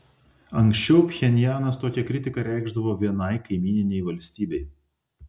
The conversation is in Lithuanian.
anksčiau pchenjanas tokią kritiką reikšdavo vienai kaimyninei valstybei